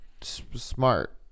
smart